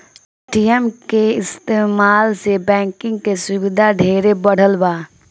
ATM के इस्तमाल से बैंकिंग के सुविधा ढेरे बढ़ल बा